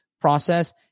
process